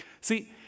See